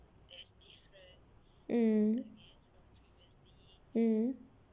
mm mm